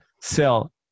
sell